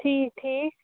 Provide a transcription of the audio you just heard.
ٹھیٖک ٹھیٖک